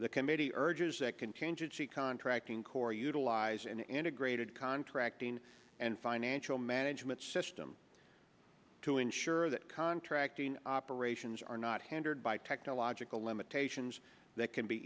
the committee urges that contingency contracting corps utilize an integrated contracting and financial management system to ensure that contracting opera ration is are not handled by technological limitations that can be